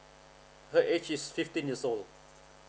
her age is fifteen years old